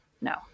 No